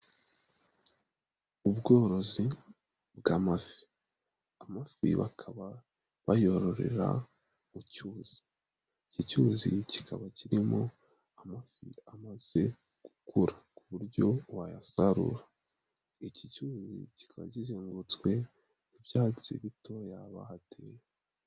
Ubworozi bw'amafi, amafi bakaba bayororera mu cyuzi. Iki cyuzi kikaba kirimo amafi amaze gukura ku buryo wayasarura. Iki cyuzi kikaba kizengutswe n'ibyatsi bitoya bahateye.